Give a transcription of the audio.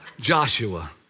Joshua